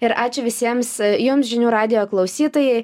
ir ačiū visiems jums žinių radijo klausytojai